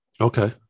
Okay